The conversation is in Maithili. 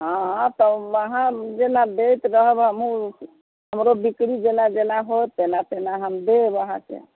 हँ तऽ अहाँ जना दैत रहब हमहुँ हमरो बिक्री जेना जेना होयत तेना तेना हम देब अहाँकेँ